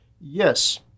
Yes